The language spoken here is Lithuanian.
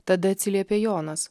tada atsiliepė jonas